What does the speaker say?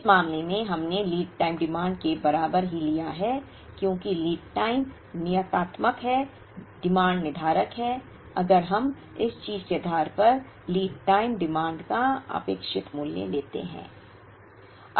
इस मामले में हमने लीड टाइम डिमांड के बराबर ही लिया क्योंकि लीड टाइम नियतात्मक है डिमांड निर्धारक है अगर हम इस चीज के आधार पर लीड टाइम डिमांड का अपेक्षित मूल्य लेते हैं